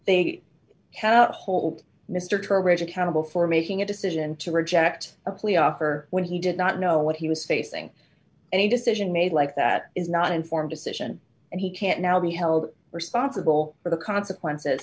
cannot hold mr trowbridge accountable for making a decision to reject a plea offer when he did not know what he was facing a decision made like that is not informed decision and he can't now be held responsible for the consequences